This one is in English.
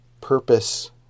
purpose